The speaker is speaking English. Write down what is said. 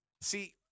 See